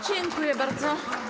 Dziękuję bardzo.